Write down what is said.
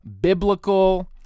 biblical